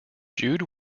jude